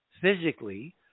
physically